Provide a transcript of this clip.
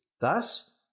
Thus